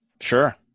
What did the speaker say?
Sure